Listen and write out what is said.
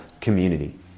community